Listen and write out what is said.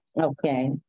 Okay